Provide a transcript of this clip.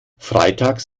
freitags